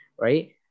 right